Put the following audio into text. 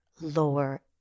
lower